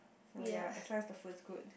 oh ya as long as the food is good